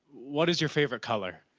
what is your favorite color?